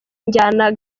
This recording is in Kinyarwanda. njyana